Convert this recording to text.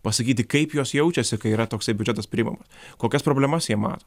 pasakyti kaip jos jaučiasi kai yra toksai biudžetas priimamas kokias problemas jie mato